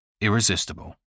Irresistible